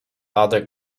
other